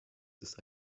ist